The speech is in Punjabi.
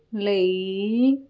ਲਈ